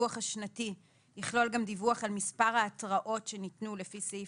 הדיווח השנתי יכלול גם דיווח על מספר ההתראות שניתנו לפי סעיף